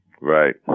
right